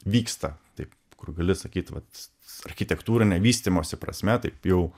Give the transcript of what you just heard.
vyksta taip kur gali sakyt vat architektūrinę vystymosi prasme taip jau